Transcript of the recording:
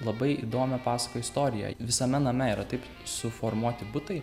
labai įdomią pasakoja istoriją visame name yra taip suformuoti butai